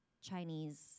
Chinese